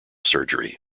surgery